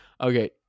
Okay